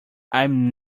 i’m